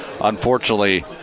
Unfortunately